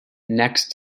next